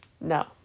No